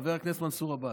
חבר הכנסת מנסור עבאס,